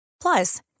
Plus